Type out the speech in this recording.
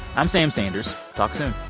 i'm sam sanders. talk soon